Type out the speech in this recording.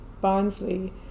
Barnsley